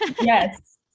Yes